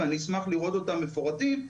ואני אשמח לראות אותם מפורטים,